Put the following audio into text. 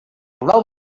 del